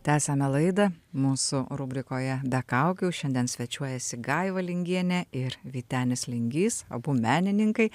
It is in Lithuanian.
tęsiame laidą mūsų rubrikoje be kaukių šiandien svečiuojasi gaiva lingienė ir vytenis lingys abu menininkai